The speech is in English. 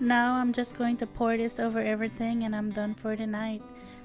now i'm just going to pour this over everything and i'm done for the night